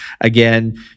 again